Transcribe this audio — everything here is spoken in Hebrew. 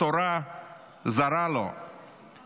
התורה זרה לו,